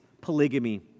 polygamy